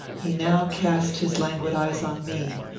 he now cast his languid eyes on me.